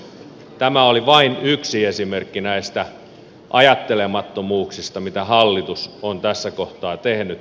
tämä oli vain yksi esimerkki näistä ajattelemattomuuksista mitä hallitus on tässä kohtaa tehnyt